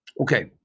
Okay